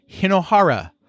Hinohara